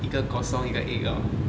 一个 kosong 一个 egg lor